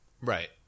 Right